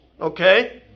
okay